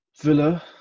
Villa